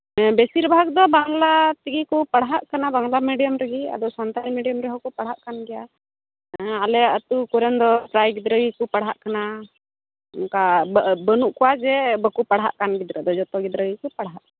ᱦᱮᱸ ᱵᱤᱥᱤᱨ ᱵᱷᱟᱜᱽᱫᱚ ᱵᱟᱝᱞᱟ ᱛᱮᱜᱮ ᱠᱚ ᱯᱟᱲᱦᱟᱜ ᱠᱟᱱᱟ ᱵᱟᱝᱞᱟ ᱢᱤᱰᱤᱭᱟᱢ ᱛᱮᱜᱮ ᱟᱫᱚ ᱥᱟᱱᱛᱟᱲᱤ ᱢᱤᱰᱤᱭᱟᱢ ᱛᱮᱦᱚᱸ ᱠᱚ ᱯᱟᱲᱦᱟᱜ ᱠᱟᱱ ᱜᱮᱭᱟ ᱦᱮᱸ ᱟᱞᱮ ᱟᱹᱛᱩ ᱠᱚᱨᱮᱱ ᱫᱚ ᱯᱨᱟᱭ ᱜᱤᱫᱽᱨᱟᱹ ᱜᱮᱠᱚ ᱯᱟᱲᱦᱟᱜ ᱠᱟᱱᱟ ᱚᱱᱠᱟ ᱵᱟᱹᱱᱩᱜ ᱠᱚᱣᱟ ᱡᱮ ᱵᱟᱠᱚ ᱯᱟᱲᱦᱟᱜ ᱠᱟᱱ ᱜᱤᱫᱽᱨᱟᱹ ᱫᱚ ᱡᱚᱛᱚ ᱜᱤᱫᱽᱨᱟᱹ ᱜᱮᱠᱚ ᱯᱟᱲᱦᱟᱜ ᱠᱟᱱᱟ